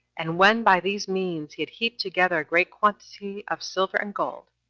and when, by these means, he had heaped together a great quantity of silver and gold,